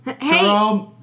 Hey